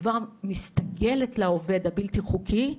מסתגלת לעובד הבלתי חוקי,